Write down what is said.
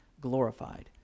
glorified